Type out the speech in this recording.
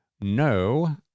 No